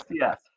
yes